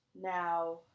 Now